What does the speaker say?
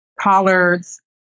collards